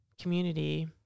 community